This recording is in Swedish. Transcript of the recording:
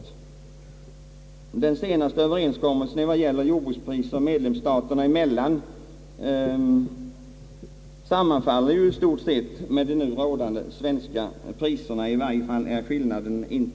Den senaste överenskommelsen vad gäller jordbrukspriser medlemsstaterna emellan sammanfaller ju i stort med de nu rådande svenska priserna.